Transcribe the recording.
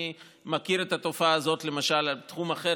אני מכיר את התופעה הזאת למשל בתחום אחר